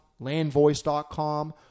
landvoice.com